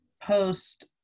post